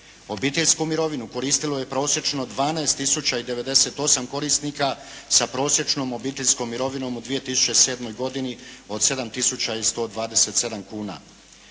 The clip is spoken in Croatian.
Obiteljsku mirovinu koristilo je prosječno 12098 korisnika sa prosječnom obiteljskom mirovinom u 2007. godini od 7127 kuna.